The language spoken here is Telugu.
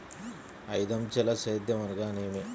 ఐదంచెల సేద్యం అనగా నేమి?